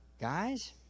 Guys